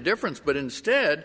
difference but instead